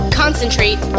concentrate